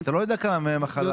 אבל את לא יודעת כמה ימי מחלה.